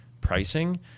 pricing